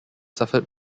suffered